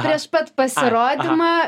prieš pat pasirodymą